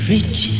Rich